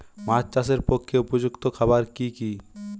মাছ চাষের পক্ষে উপযুক্ত খাবার কি কি?